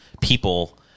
people